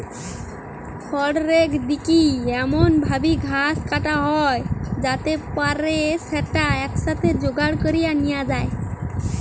খড়রেক দিকি এমন ভাবি ঘাস কাটা হয় যাতে পরে স্যাটা একসাথে জোগাড় করি নিয়া যায়